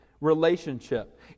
relationship